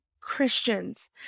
Christians